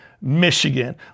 Michigan